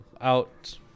out